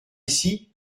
ici